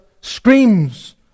screams